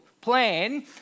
plan